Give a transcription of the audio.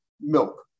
milk